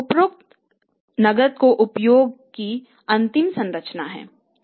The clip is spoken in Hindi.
उपरोक्त नकद के उपयोग की अंतिम संरचना है